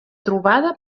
trobada